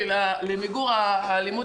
יום.